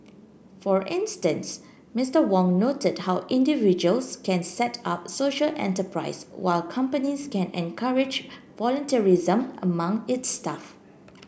for instance Mister Wong noted how individuals can set up social enterprise while companies can encourage volunteerism among its staff